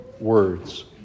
words